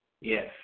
Yes